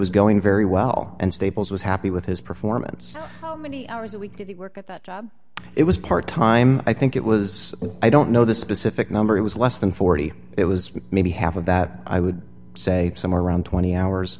was going very well and staples was happy with his performance it was part time i think it was i don't know the specific number it was less than forty it was maybe half of that i would say somewhere around twenty hours